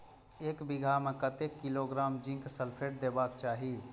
एक बिघा में कतेक किलोग्राम जिंक सल्फेट देना चाही?